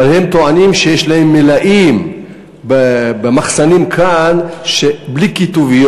אבל, הם טוענים שיש להם מלאים במחסנים בלי כיתוב.